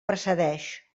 precedeix